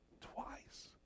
Twice